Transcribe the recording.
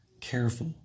careful